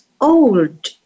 old